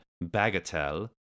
Bagatelle